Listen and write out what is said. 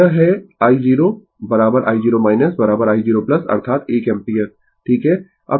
तो यह है i0 i0 i0 अर्थात 1 एम्पीयर ठीक है